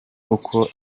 kuko